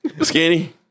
Skinny